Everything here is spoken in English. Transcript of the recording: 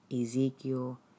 Ezekiel